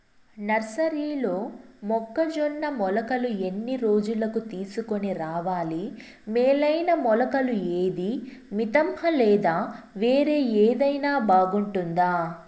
నర్సరీలో మొక్కజొన్న మొలకలు ఎన్ని రోజులకు తీసుకొని రావాలి మేలైన మొలకలు ఏదీ? మితంహ లేదా వేరే ఏదైనా బాగుంటుందా?